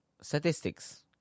statistics